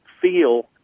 feel